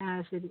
ആ ശരി